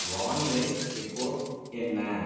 வானிலை ரிப்போர்ட் என்ன